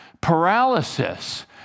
paralysis